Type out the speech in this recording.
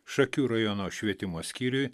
šakių rajono švietimo skyriui